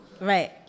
Right